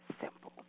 simple